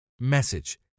Message